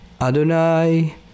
Adonai